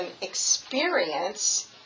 experience